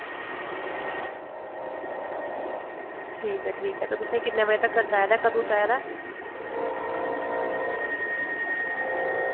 ठीक ऐ ठीक ऐ तुसेंगी किन्ने बजे तगर चाहिदा कदूं चाहिदा